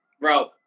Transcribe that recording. bro